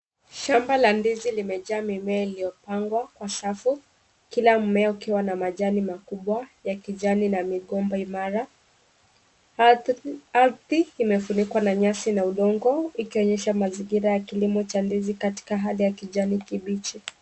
Shamba la ndizi limejaa mimea iliyopangwa kwa safu, kila mmea ukiwa na majani makubwa ya kijani na migombo imara, arthi imefunikwa na nyasi na udongo ikionyesha mazingira ya kilimo cha ndizi katika hali ya kijani kibichi